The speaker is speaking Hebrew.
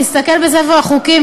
להסתכל בספר החוקים,